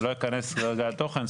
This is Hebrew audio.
אני לא אכנס כרגע על תוכן,